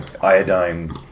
iodine